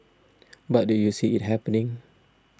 but do you see it happening